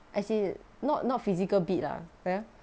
as in not not physical beat lah ya